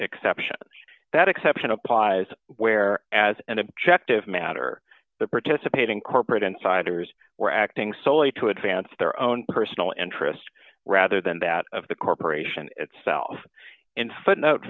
exception that exception applies where as an objective matter the participating corporate insiders were acting solely to advance their own personal interest rather than that of the corporation itself in footnote